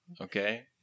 okay